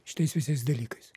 šitais visais dalykais